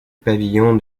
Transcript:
pavillon